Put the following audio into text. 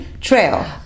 trail